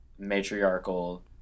matriarchal